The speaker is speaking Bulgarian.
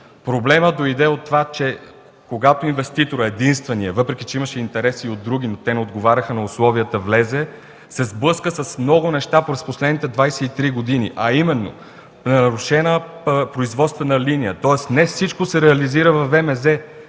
Проблемът дойде от това, че когато единственият инвеститор влезе (въпреки че имаше интереси и от други, но те не отговаряха на условията), се сблъска с много неща през последните 23 години, а именно нарушена производствена линия, тоест не всичко се реализира във ВМЗ.